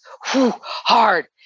hard